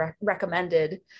recommended